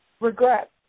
regret